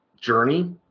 journey